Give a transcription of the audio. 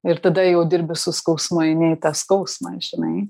ir tada jau dirbi su skausmu eini į tą skausmą žinai